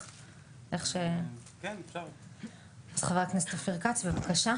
חבר הכנסת אופיר כץ, בבקשה.